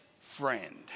friend